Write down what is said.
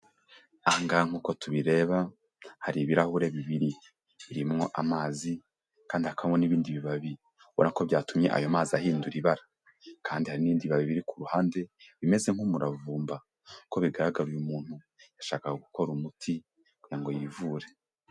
Aha nkuko tubireba hari ibirahure bibiri birimwo amazi, kandi hakabamo n'ibindi bibabi ubona ko byatumye ayo mazi ahindura ibara, kandi hari n'ibindi bibabi biri ku ruhande bimeze nk'umuravumba, uko bigaragara uyu umuntu yashakaga gukora umuti kugira ngo yivure.